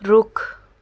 ਰੁੱਖ